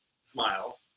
smile